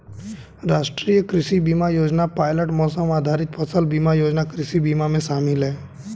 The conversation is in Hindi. राष्ट्रीय कृषि बीमा योजना पायलट मौसम आधारित फसल बीमा योजना कृषि बीमा में शामिल है